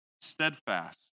steadfast